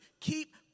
keep